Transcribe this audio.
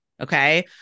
okay